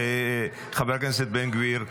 חבר הכנסת בן גביר,